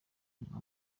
banywa